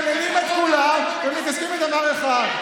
מטרללים את כולם ומתעסקים עם דבר אחד.